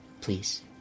please